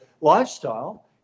lifestyle